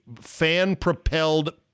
fan-propelled